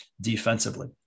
defensively